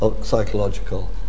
psychological